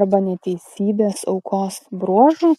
arba neteisybės aukos bruožų